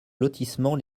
lotissement